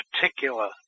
particular